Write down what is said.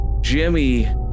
Jimmy